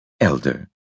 Elder